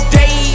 day